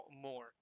more